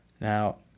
now